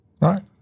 Right